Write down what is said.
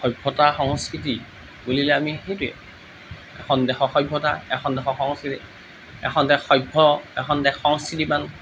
সভ্যতা সংস্কৃতি বুলিলে আমি সেইটোৱে এখন দেশৰ সভ্যতা এখন দেশৰ সংস্কৃতি এখন দেশ সভ্য এখন দেশ সংস্কৃতিবান